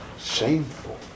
shameful